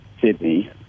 Sydney